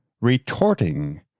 retorting